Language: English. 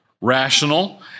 rational